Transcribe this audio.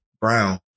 Brown